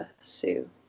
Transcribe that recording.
Sue